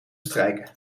strijken